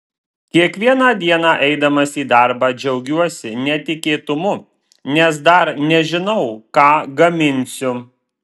kiekvieną dieną eidamas į darbą džiaugiuosi netikėtumu nes dar nežinau ką gaminsiu